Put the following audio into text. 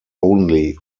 only